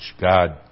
God